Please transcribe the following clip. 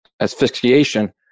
asphyxiation